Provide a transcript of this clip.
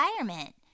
environment